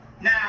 Now